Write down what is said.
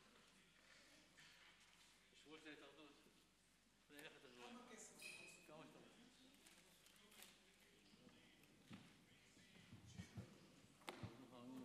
יושב-ראש התאחדות הסטודנטים לשעבר חברי היקר בועז